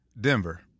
Denver